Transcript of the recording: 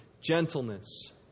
gentleness